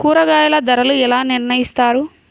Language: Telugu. కూరగాయల ధరలు ఎలా నిర్ణయిస్తారు?